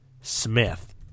Smith